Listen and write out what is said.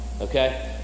okay